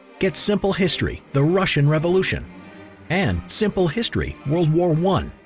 get simple history the russian revolution and simple history world war one.